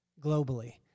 globally